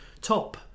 top